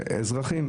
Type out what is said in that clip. אזרחים.